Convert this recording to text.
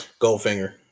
Goldfinger